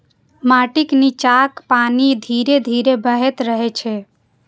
माटिक निच्चाक पानि धीरे धीरे बहैत रहै छै